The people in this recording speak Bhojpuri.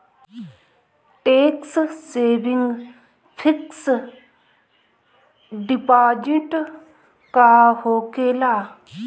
टेक्स सेविंग फिक्स डिपाँजिट का होखे ला?